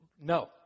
No